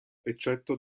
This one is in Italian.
eccetto